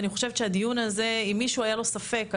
ואני חושבת שאם למישהו היה ספק,